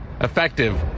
effective